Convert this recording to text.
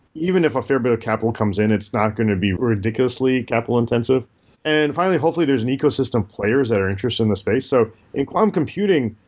even if a fair bit of capital comes in it's not going to be ridiculously capital intensive. and finally, hopefully, there're and ecosystem players that are interested in this space. so in quantum computing,